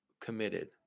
committed